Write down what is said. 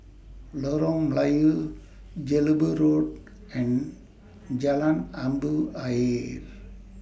Lorong Melayu Jelebu Road and Jalan Jambu Ayer